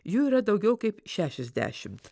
jų yra daugiau kaip šešiasdešimt